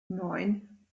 neun